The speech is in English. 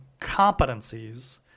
competencies